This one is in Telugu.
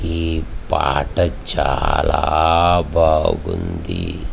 ఈ పాట చాలా బాగుంది